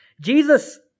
Jesus